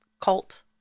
cult